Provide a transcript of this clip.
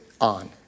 on